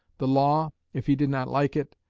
the law, if he did not like it,